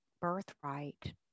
birthright